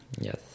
yes